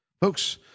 Folks